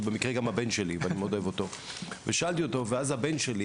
הוא במקרה גם הבן שלי ואני מאוד אוהב אותו ושאלתי אותו ואז הבן שלי,